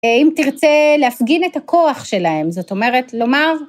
אם תרצה להפגין את הכוח שלהם, זאת אומרת, לומר.